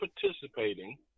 participating